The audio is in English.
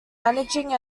managing